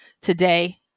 Today